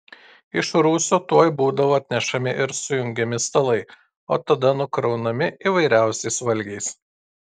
iš rūsio tuoj būdavo atnešami ir sujungiami stalai o tada nukraunami įvairiausiais valgiais